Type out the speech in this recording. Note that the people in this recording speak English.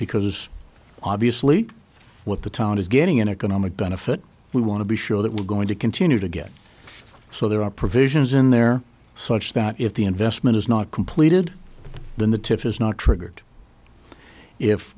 because obviously what the town is getting an economic benefit we want to be sure that we're going to continue to get so there are provisions in there such that if the investment is not completed then the tip is not triggered if